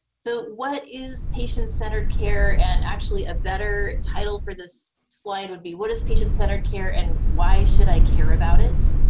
so, what is patient-centered care? and actually, a better title for this slide would be what is patient-centered care and why should i care about it,